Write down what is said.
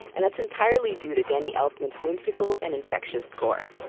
and that's entirely due to danny elfman's whimsical and infectious score